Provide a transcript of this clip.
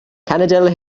cenedl